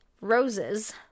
Roses